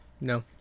No